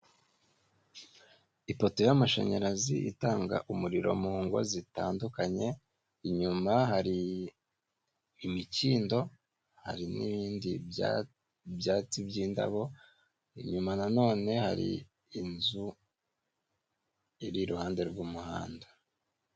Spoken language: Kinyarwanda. Ipoto y'amashanyarazi itanga umuriro mu ngo zitandukanye, inyuma hari imikindo, hari n'ibindi byatsi by'indabo, inyuma na none hari inzu iri iruhande rw'umuhanda.